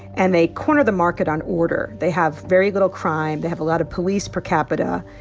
and they corner the market on order. they have very little crime. they have a lot of police per capita.